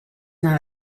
not